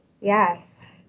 yes